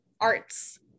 arts